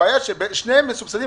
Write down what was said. הבעיה ששניהם מסובסדים,